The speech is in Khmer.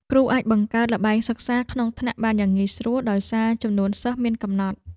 គ្រូអាចបង្កើតល្បែងសិក្សាក្នុងថ្នាក់បានយ៉ាងងាយស្រួលដោយសារចំនួនសិស្សមានកំណត់។